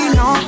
no